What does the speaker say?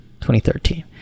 2013